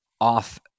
off